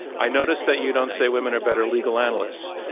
i notice that you don't say women are better legal analysts.